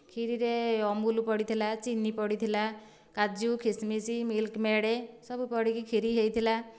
ଖିରିରେ ଅମୁଲ ପଡ଼ିଥିଲା ଚିନି ପଡ଼ିଥିଲା କାଜୁ କିସ୍ମିସ୍ ମିଲ୍କମେଡ଼୍ ସବୁ ପଡ଼ିକି ଖିରି ହୋଇଥିଲା